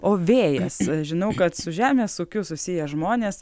o vėjas žinau kad su žemės ūkiu susiję žmonės